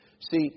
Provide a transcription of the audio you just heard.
See